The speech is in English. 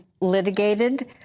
litigated